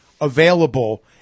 available